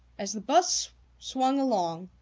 as the bus swung along,